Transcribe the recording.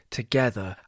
together